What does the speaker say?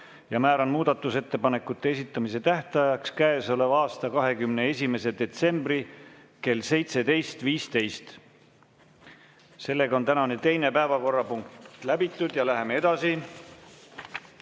Määran muudatusettepanekute esitamise tähtajaks käesoleva aasta 21. detsembri kell 17.15. Tänane teine päevakorrapunkt on läbitud ja me läheme edasi.